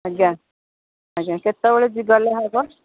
ଆଜ୍ଞା ଆଜ୍ଞା କେତେବେଳେ ଗଲେ ହେବ